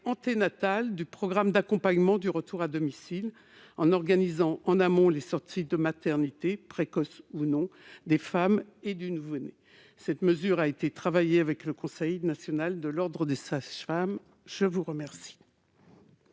anténatal du programme d'accompagnement du retour à domicile, le Prado, en organisant en amont les sorties de maternité, précoces ou non, des femmes et des nouveau-nés. Cette mesure a été élaborée en lien avec le Conseil national de l'ordre des sages-femmes. Quel